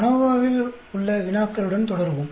அநோவவில் இல் உள்ள வினாக்களுடன் தொடருவோம்